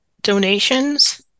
donations